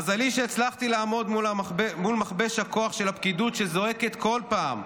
מזלי שהצלחתי לעמוד מול מכבש הכוח של הפקידות שזועקת כל פעם: